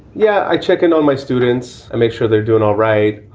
yeah, i check in on my students and make sure they're doing all right.